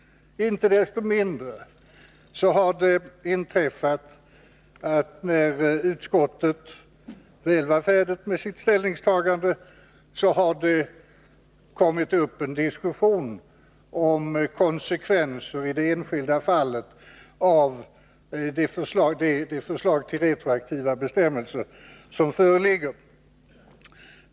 Inte desto mindre har det inträffat att när utskottet väl var färdigt med sitt ställningstagande har det kommit upp en diskussion om konsekvenser i det enskilda fallet av det förslag till retroaktiva bestämmelser som föreligger.